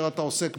המדינה (תיקון מס' 10 והוראת שעה לשנת 2020)